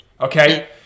Okay